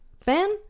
fan